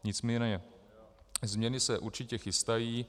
Nicméně změny se určitě chystají.